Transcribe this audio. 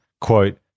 quote